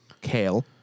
kale